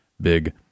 big